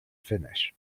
finish